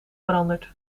veranderd